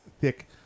thick